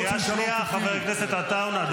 --- קריאה שנייה, חבר הכנסת עטאונה.